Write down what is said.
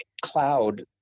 cloud